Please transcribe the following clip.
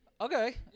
okay